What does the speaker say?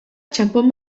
txanpon